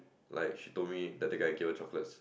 like she told me that the guy give her chocolates